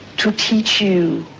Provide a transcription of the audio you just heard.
to teach you.